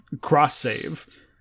cross-save